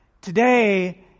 today